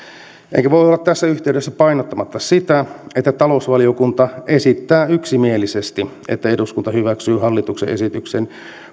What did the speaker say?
enkä voi olla tässä yhteydessä painottamatta sitä että talousvaliokunta esittää yksimielisesti että eduskunta hyväksyy hallituksen esitykseen